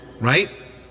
right